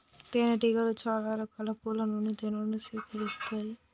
తేనె టీగలు చాల రకాల పూల నుండి తేనెను సేకరిస్తాయి